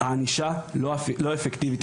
הענישה לא אפקטיבית.